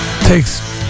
takes